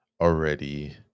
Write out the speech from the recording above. already